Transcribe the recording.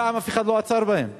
הפעם אף אחד לא עצר בהם,